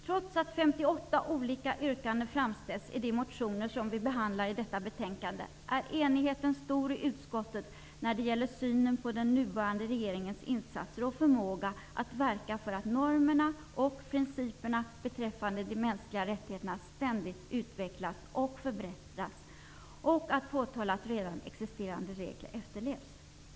Trots att 58 olika yrkanden framställts i de motioner som vi behandlar i detta betänkande är enigheten stor i utskottet när det gäller synen på den nuvarande regeringens insatser och förmåga att verka för att normerna och principerna beträffande de mänskliga rättigheterna ständigt utvecklas och förbättras och att påtala att redan existerande regler efterlevs.